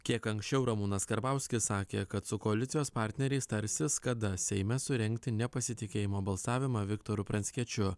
kiek anksčiau ramūnas karbauskis sakė kad su koalicijos partneriais tarsis kada seime surengti nepasitikėjimo balsavimą viktoru pranckiečiu